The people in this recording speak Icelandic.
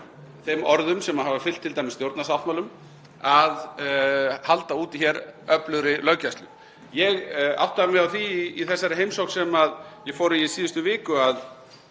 þeim orðum sem hafa fylgt t.d. stjórnarsáttmálum að halda úti öflugri löggæslu. Ég áttaði mig á því í þessari heimsókn sem ég fór í í síðustu viku að